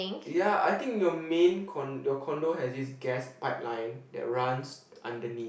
ya I think your main con~ your condo has this gas pipeline that runs underneath